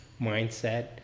mindset